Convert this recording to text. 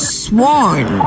sworn